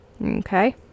Okay